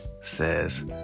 says